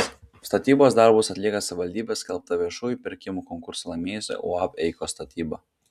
statybos darbus atlieka savivaldybės skelbtą viešųjų pirkimų konkursą laimėjusi uab eikos statyba